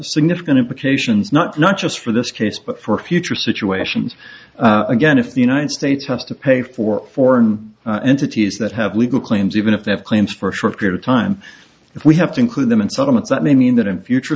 significant implications not not just for this case but for future situations again if the united states has to pay for foreign entities that have legal claims even if they have claims for a short period of time if we have to include them in settlements that may mean that in future